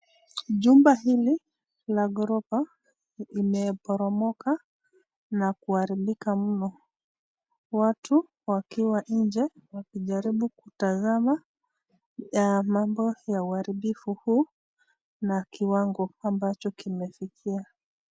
Jumba hili la ghorofa limeporomoka na kuharibika mno. Watu wakiwa nje wakijaribu kutazama mambo ya uharibifu huu na kiwango ambacho kimefikia.